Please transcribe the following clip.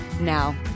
Now